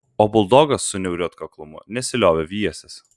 o buldogas su niauriu atkaklumu nesiliovė vijęsis